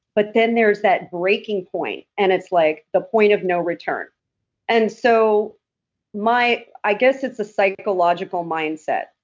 but then there's that breaking point and it's like the point of no return and so my, i guess it's a psychological mindset,